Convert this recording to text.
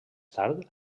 tard